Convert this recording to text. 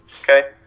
Okay